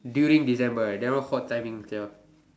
during December right that one hot timing sia